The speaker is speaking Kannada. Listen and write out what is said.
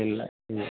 ಇಲ್ಲ ಇಲ್ಲ